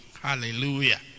hallelujah